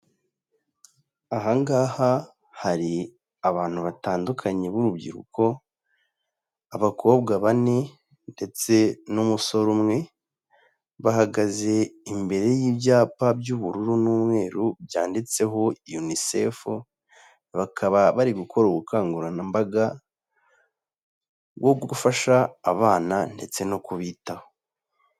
Aha ngaha hari abantu batandukanye b'urubyiruko: abakobwa bane ndetse n'umusore umwe, bahagaze imbere y'ibyapa by'ubururu n'umweru byanditseho Unicef, bakaba bari gukora ubukangurambaga bwo gufasha abana ndetse no kubitaho.